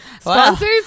sponsors